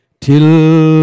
till